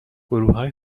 گروههای